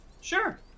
Sure